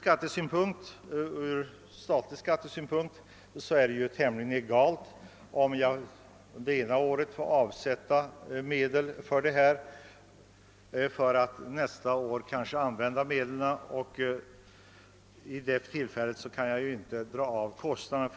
Med hänsyn till den statliga skatten är det tämligen egalt om ett företag det ena året får skattefritt avsätta medel för detta ändamål för att kanske nästa år använda medlen och då betala skatten.